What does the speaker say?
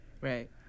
right